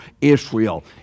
israel